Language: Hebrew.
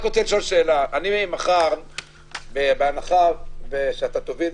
היושב-ראש, בהנחה שאתה תוביל